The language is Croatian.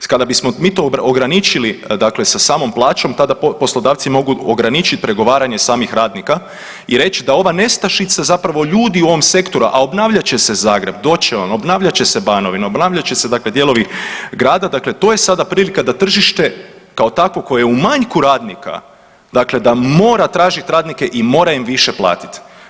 Kada bismo mi to ograničili dakle sa samom plaćom tada poslodavci mogu ograničit pregovaranje samih radnika i reći da ova nestašica zapravo ljudi u ovom sektoru, a obnavljat će se Zagreb, doći će on, obnavljat će se Banovina, obnavljat će se dakle dijelovi grada, dakle to je sada prilika da tržište kao takvo koje je u manjku radnika dakle da mora tražit radnike i mora im više platit.